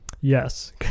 Yes